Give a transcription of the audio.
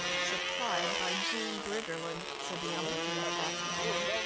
supplied by jean briggerland, said the unperturbed jack calmly,